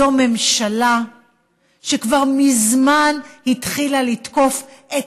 זו ממשלה שכבר מזמן התחילה לתקוף את